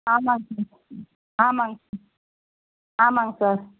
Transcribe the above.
ஆமாங்க சார் ஆமாங்க சார் ஆமாங்க சார்